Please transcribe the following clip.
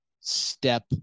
step